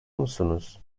musunuz